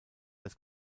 des